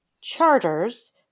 charters